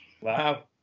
Wow